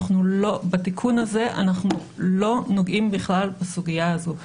בתיקון הזה אנחנו לא נוגעים בכלל בסוגיה הזאת.